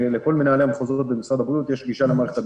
לכל מנהלי המחוזות במשרד הבריאות יש גישה למערכת הזאת.